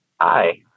Hi